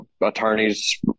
attorneys